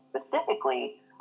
specifically